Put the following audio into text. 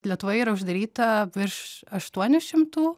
lietuvoje yra uždaryta virš aštuonių šimtų